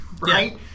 right